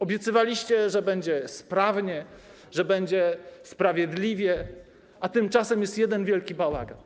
Obiecywaliście, że będzie sprawnie, że będzie sprawiedliwie, a tymczasem jest jeden wielki bałagan.